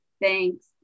Thanks